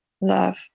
love